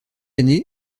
année